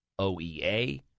OEA